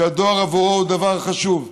שהדואר עבורו הוא דבר חשוב.